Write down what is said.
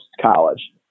college